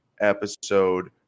episode